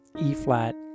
E-flat